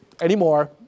anymore